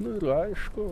nu ir aišku